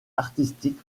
artistique